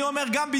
אני אומר גם,